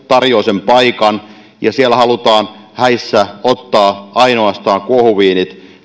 tarjoaa sen paikan ja halutaan häissä ottaa ainoastaan kuohuviinit